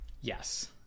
Yes